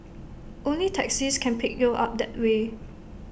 only taxis can pick you up that way